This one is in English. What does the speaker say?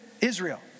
Israel